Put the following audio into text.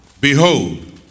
Behold